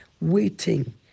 waiting